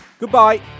goodbye